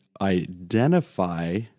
identify